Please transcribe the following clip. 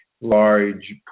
large